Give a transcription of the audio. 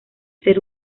ser